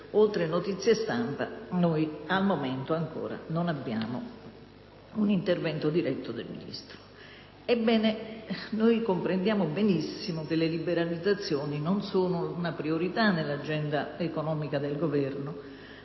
oltre a notizie stampa, al momento non abbiamo ancora un intervento diretto del Ministro). Ebbene, comprendiamo benissimo che le liberalizzazioni non sono una priorità nell'agenda economica del Governo